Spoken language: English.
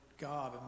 God